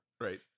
Right